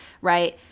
right